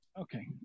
Okay